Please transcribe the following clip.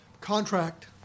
contract